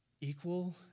equal